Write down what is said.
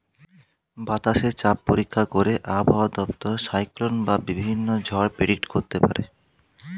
বাতাসে চাপ পরীক্ষা করে আবহাওয়া দপ্তর সাইক্লোন বা বিভিন্ন ঝড় প্রেডিক্ট করতে পারে